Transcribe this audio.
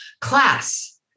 class